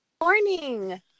morning